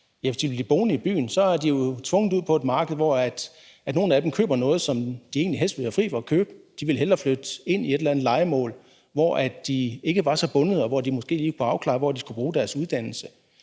de jo tvunget ud på et marked, hvor nogle af dem køber noget, som de egentlig helst ville have været fri for at købe. De vil hellere flytte ind i et eller andet lejemål, hvor de ikke er så bundede, og hvor de måske lige kunne afklare, hvor de skulle bruge deres uddannelse.